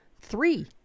three